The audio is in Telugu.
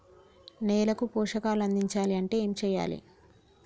నేలకు పోషకాలు అందించాలి అంటే ఏం చెయ్యాలి?